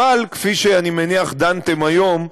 אבל כפי שאני מניח דנתם היום,